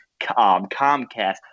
Comcast